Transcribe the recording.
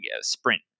sprint